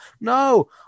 no